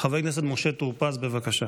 חבר הכנסת משה טור פז, בבקשה.